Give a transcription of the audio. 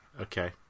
Okay